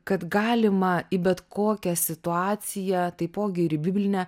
kad galima į bet kokią situaciją taipogi ir į biblinę